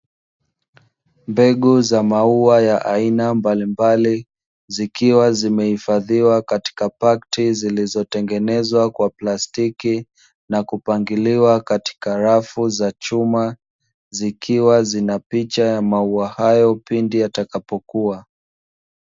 Mbegu za maua ya aina mbalimbali, zikiwa zimehifadhiwa katika pakiti; zilizotengenezwa kwa plastiki, na kupangiliwa katika rafu za chuma, zikiwa zina picha ya maua hayo pindi yatakapokua.